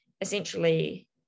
essentially